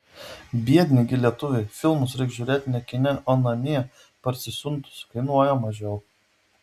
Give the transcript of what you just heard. biedni gi lietuviai filmus reik žiūrėt ne kine o namie parsisiuntus kainuoja mažiau